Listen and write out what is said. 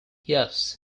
yes